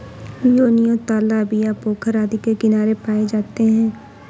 योनियों तालाब या पोखर आदि के किनारे पाए जाते हैं